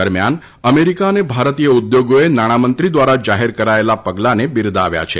દરમ્યાન અમેરિકા અને ભારતીય ઉદ્યોગોએ નાણાંમંત્રી દ્વારા જાહેર કરાયેલા પગલાંને બિરદાવ્યા છે